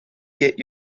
get